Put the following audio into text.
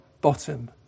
bottom